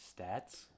Stats